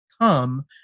come